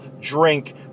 drink